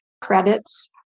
credits